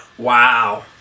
Wow